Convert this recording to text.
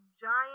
giant